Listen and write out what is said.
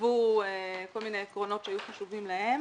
הותוו כל מיני עקרונות שהיו חשובים להם.